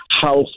house